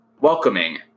welcoming